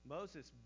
Moses